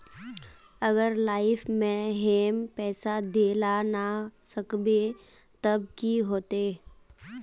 अगर लाइफ में हैम पैसा दे ला ना सकबे तब की होते?